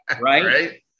Right